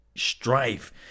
strife